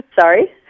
sorry